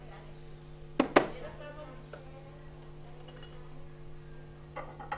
שהגיע לוועדה ב-8 באוקטובר 2020. מי בעד אישור התקנות